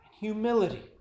humility